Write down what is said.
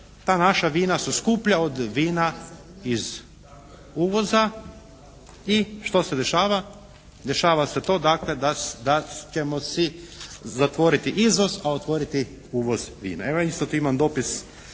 ta naša vina su skuplja od vina iz uvoza i što se dešava? Dešava se to dakle da ćemo si zatvoriti izvoz, a otvoriti uvoz vina. Evo isto imam dopis